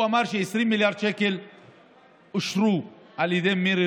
הוא אמר ש-20 מיליארד שקל אושרו על ידי מירי